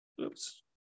Oops